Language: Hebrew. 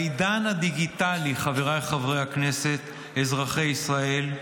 בעידן הדיגיטלי, חבריי חברי הכנסת, אזרחי ישראל,